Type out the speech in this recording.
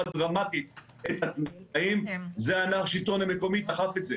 דרמטית את התנאים זה ענף שלטון המקומי דחף את זה,